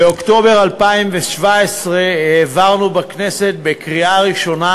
באוקטובר 2014 העברנו בכנסת בקריאה ראשונה